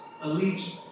allegiance